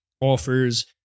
offers